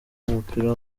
w’umupira